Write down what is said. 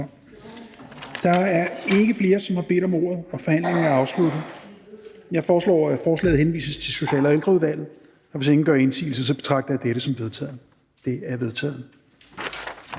Der er ikke flere, som har bedt om ordet, så forhandlingen er afsluttet. Jeg foreslår, at forslaget til folketingsbeslutning henvises til Social- og Ældreudvalget. Hvis ingen gør indsigelse, betragter jeg dette som vedtaget. Det er vedtaget.